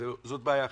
זאת בעיה אחת.